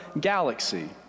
galaxy